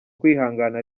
kwihangana